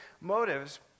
motives